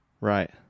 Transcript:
right